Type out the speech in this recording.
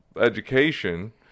education